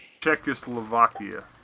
Czechoslovakia